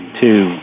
two